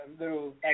little